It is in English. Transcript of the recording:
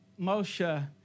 Moshe